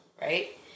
Right